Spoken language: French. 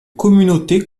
communauté